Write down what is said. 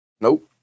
Nope